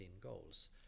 goals